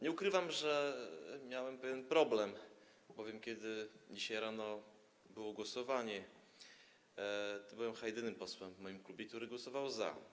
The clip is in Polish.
Nie ukrywam, że miałem pewien problem, bowiem kiedy dzisiaj rano było głosowanie, to byłem chyba jedynym posłem w moim klubie, który głosował za.